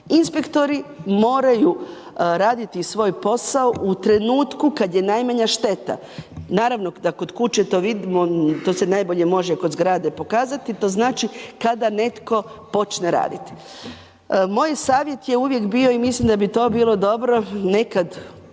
Inspektori moraju raditi svoj posao u trenutku kada je najmanja šteta. Naravno da kod kuće to vidimo, to se najbolje može kod zgrade pokazati, to znači kada netko počne raditi. Moj savjet je uvijek bio i mislim da bi to bilo dobro, nekad davnih